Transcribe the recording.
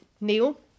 Neil